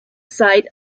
site